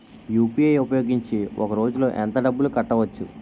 UPI ఉపయోగించి ఒక రోజులో ఎంత డబ్బులు కట్టవచ్చు?